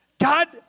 God